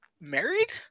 married